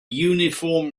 uniform